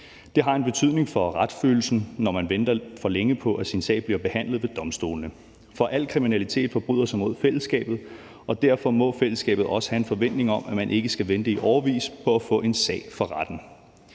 det har en betydning for retsfølelsen, når man venter for længe på, at ens sag bliver behandlet ved domstolene. Al kriminalitet forbryder sig mod fællesskabet, og derfor må fællesskabet også have en forventning om, at man ikke skal vente i årevis på at få en sag for retten.